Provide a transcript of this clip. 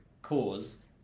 cause